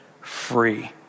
Free